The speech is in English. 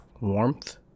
warmth